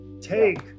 take